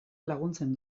laguntzen